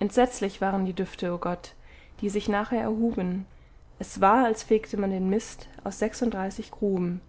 entsetzlich waren die düfte o gott die sich nachher erhuben es war als fegte man den mist aus sechsunddreißig gruben